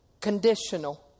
Conditional